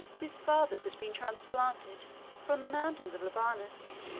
whose fathers had been transplanted from the mountains of libanus.